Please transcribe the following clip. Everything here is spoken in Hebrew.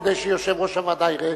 כדי שיושב-ראש הוועדה יראה,